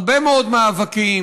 הרבה מאוד מאבקים.